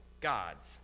gods